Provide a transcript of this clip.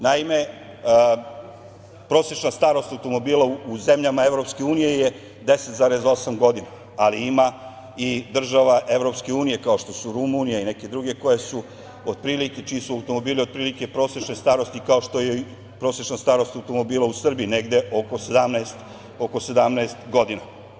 Naime, prosečna starost automobila u zemljama EU je 10,8 godina, ali ima i država EU kao što je Rumunija i neke druge čiji su otprilike automobili prosečne starosti kao što je prosečna starost automobila u Srbiji, negde oko 17 godina.